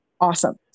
Awesome